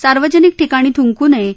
सार्वजनिक ठिकाणी थ्ंकू नये